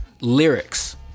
lyrics